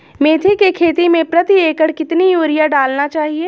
मेथी के खेती में प्रति एकड़ कितनी यूरिया डालना चाहिए?